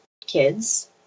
kids